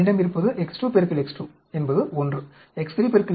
என்னிடம் இருப்பது X2 X2 என்பது 1